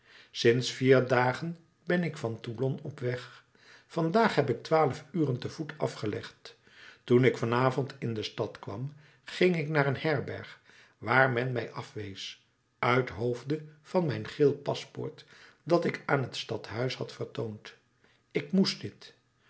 sinds vier dagen ben ik van toulon op weg vandaag heb ik twaalf uren te voet afgelegd toen ik vanavond in de stad kwam ging ik naar een herberg waar men mij afwees uithoofde van mijn geel paspoort dat ik aan t stadhuis had vertoond ik moest dit